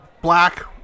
black